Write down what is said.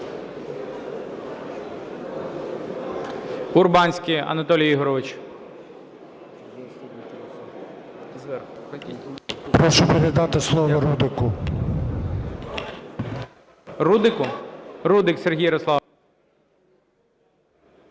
Прошу передати слово Рудику.